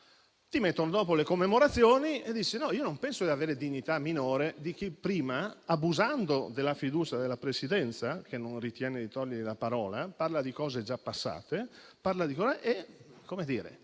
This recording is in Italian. Ti mettono dopo le commemorazioni e dici: no, io non penso di avere dignità minore di chi prima, abusando della fiducia della Presidenza, che non ritiene di togliergli la parola, parla di cose già passate e, come dire,